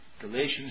Galatians